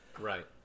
Right